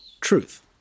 truth